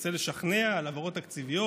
מנסה לשכנע על העברות תקציביות,